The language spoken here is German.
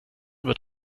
wird